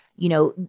you know,